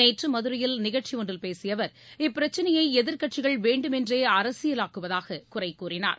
நேற்று மதுரையில் நிகழ்ச்சி ஒன்றில் பேசிய அவர் இப்பிரச்சினையை எதிர்க்கட்சிகள் வேண்டுமென்றே அரசியலாக்குவதாகக் குறை கூறினார்